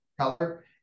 color